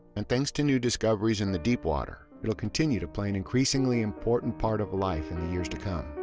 and thanks to new discoveries in the deepwater, it will continue to play an increasingly important part of life in the years to come.